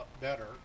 better